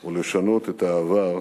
או לשנות את העבר.